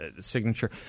signature